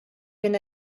been